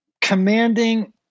commanding